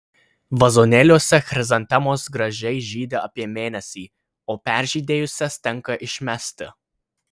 vazonėliuose chrizantemos gražiai žydi apie mėnesį o peržydėjusias tenka išmesti